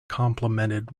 complimented